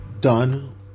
done